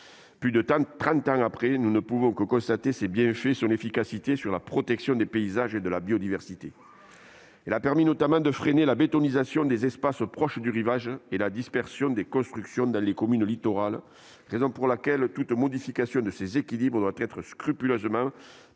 ans après son adoption, nous ne pouvons que constater ses bienfaits et son efficacité sur la protection des paysages et de la biodiversité. Elle a permis notamment de freiner la bétonisation des espaces proches du rivage et la dispersion des constructions dans les communes littorales. C'est la raison pour laquelle toute modification de ses équilibres doit être scrupuleusement pensée